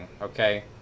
okay